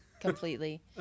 completely